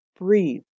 breathe